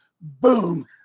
Boom